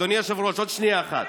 מחזיקים את כולם,